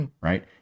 right